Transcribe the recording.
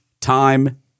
time